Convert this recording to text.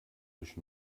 durch